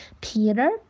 Peter